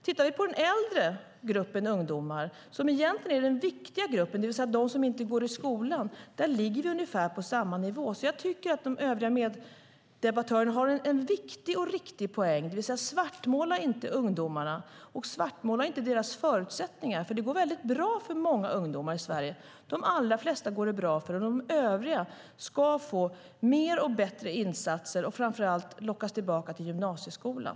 Tittar vi på den äldre gruppen ungdomar, som egentligen är den viktiga gruppen, det vill säga de som inte går i skolan, ligger vi på ungefär samma nivå. Jag tycker därför att de övriga meddebattörerna har en viktig och riktig poäng, det vill säga att man inte ska svartmåla ungdomarna och deras förutsättningar, eftersom det går mycket bra för många ungdomar i Sverige. De allra flesta går det bra för, och de övriga ska få mer och bättre insatser och framför allt lockas tillbaka till gymnasieskolan.